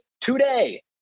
today